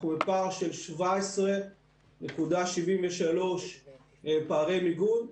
אנחנו בפער של 17.73% פערי מיגון,